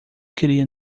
queria